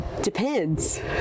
Depends